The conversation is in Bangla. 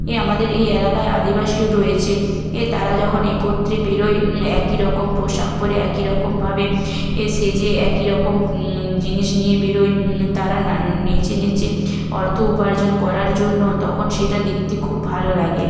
এ আমাদের এই এলাকায় আদিবাসীও রয়েছে এ তারা যখন একত্রে বেরোয় একই রকম পোশাক পরে একই রকমভাবে এ সেজে একই রকম জিনিস নিয়ে বেরোয় তারা নেচে নেচে অর্থ উপার্জন করার জন্য তখন সেটা দেখতে খুব ভালো লাগে